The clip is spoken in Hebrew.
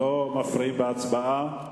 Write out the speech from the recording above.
ההצעה להעביר